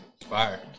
Fire